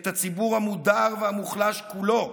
את הציבור המודר והמוחלש כולו,